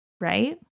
right